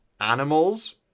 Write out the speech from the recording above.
animals